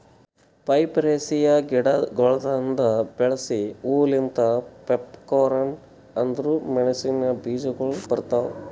ಪೈಪರೇಸಿಯೆ ಗಿಡಗೊಳ್ದಾಂದು ಬೆಳಸ ಹೂ ಲಿಂತ್ ಪೆಪ್ಪರ್ಕಾರ್ನ್ ಅಂದುರ್ ಮೆಣಸಿನ ಬೀಜಗೊಳ್ ಬರ್ತಾವ್